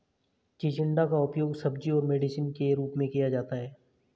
चिचिण्डा का उपयोग सब्जी और मेडिसिन के रूप में किया जाता है